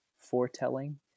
foretelling